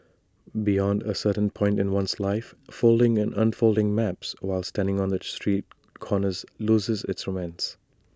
beyond A certain point in one's life folding and unfolding maps while standing on street corners loses its romance